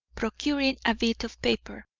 procuring a bit of paper,